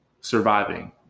surviving